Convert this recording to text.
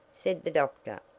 said the doctor,